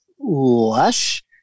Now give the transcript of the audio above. lush